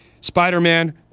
Spider-Man